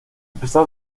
pesar